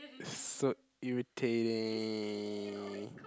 so irritating